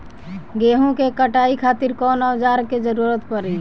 गेहूं के कटाई खातिर कौन औजार के जरूरत परी?